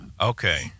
Okay